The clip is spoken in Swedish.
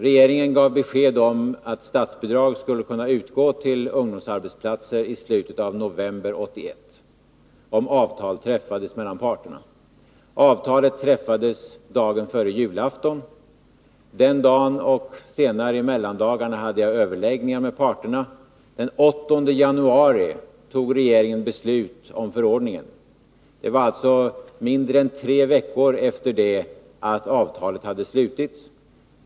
Regeringen gav besked om att statsbidrag skulle kunna utgå till ungdomsplatser i slutet av november 1981 om avtal träffades mellan parterna. Avtalet träffades dagen före julafton. Den dagen, och senare i mellandagarna, hade jag överläggningar med parterna. Den 8 januari 1982 tog regeringen beslut om förordningen. Det var alltså mindre än tre veckor efter det att avtalet hade slutits.